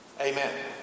Amen